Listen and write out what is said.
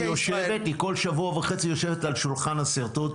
היא כל שבוע וחצי יושבת על שולחן השרטוט.